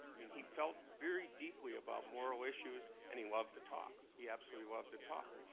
i mean, he felt very deeply about moral issues, and he loved to talk. he absolutely loved to talk.